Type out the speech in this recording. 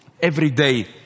everyday